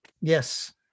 yes